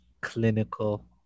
clinical